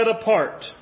apart